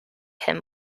him